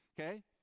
okay